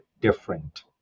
different